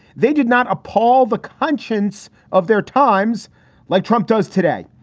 they did not appall the conscience of their times like trump does today.